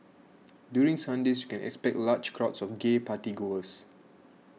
during Sundays you can expect large crowds of gay party goers